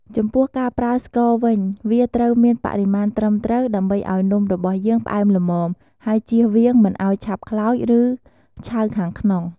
ចំពោះការប្រើស្ករវិញ វាត្រូវមានបរិមាណត្រឹមត្រូវ ដើម្បីឱ្យនំរបស់យើងផ្អែមល្មម ហើយចៀសវាងមិនឱ្យឆាប់ខ្លោច ឬឆៅខាងក្នុង។